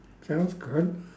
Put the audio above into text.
sounds good